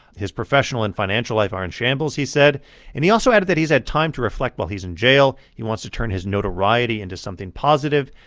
his professional and financial life are in shambles, he said and he also added that he's had time to reflect while he's in jail. he wants to turn his notoriety into something positive.